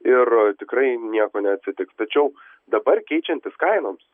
ir tikrai nieko neatsitiks tačiau dabar keičiantis kainoms